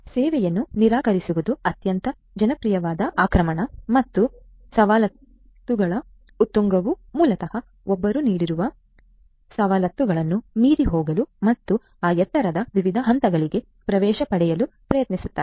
ಆದ್ದರಿಂದ ಸೇವೆಯನ್ನು ನಿರಾಕರಿಸುವುದು ಅತ್ಯಂತ ಜನಪ್ರಿಯವಾದ ಆಕ್ರಮಣ ಮತ್ತು ಸವಲತ್ತುಗಳ ಉತ್ತುಂಗವು ಮೂಲತಃ ಒಬ್ಬರು ನೀಡಿರುವ ಸವಲತ್ತುಗಳನ್ನು ಮೀರಿ ಹೋಗಲು ಮತ್ತು ಆ ಎತ್ತರದ ವಿವಿಧ ಹಂತಗಳಿಗೆ ಪ್ರವೇಶ ಪಡೆಯಲು ಪ್ರಯತ್ನಿಸುತ್ತಾರೆ